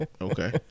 okay